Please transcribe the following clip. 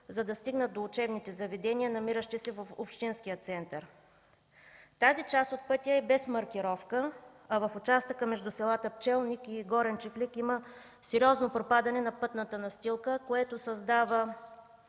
за да стигнат до учебните заведения, намиращи се в общинския център. Тази част от пътя е без маркировка, а в участъка между селата Пчелник и Горен Чифлик има сериозно пропадане на пътната настилка, което създава